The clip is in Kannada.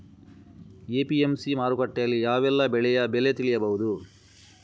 ಎ.ಪಿ.ಎಂ.ಸಿ ಮಾರುಕಟ್ಟೆಯಲ್ಲಿ ಯಾವೆಲ್ಲಾ ಬೆಳೆಯ ಬೆಲೆ ತಿಳಿಬಹುದು?